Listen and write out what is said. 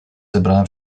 zebrane